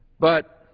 but